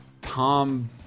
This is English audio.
Tom